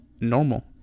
normal